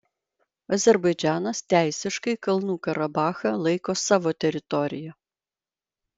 azerbaidžanas teisiškai kalnų karabachą laiko savo teritorija